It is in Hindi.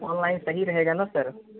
ऑनलाइन सही रहेगा ना सर